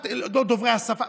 הם לא דוברי השפה,